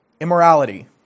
Immorality